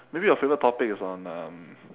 maybe your favourite topics on um